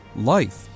Life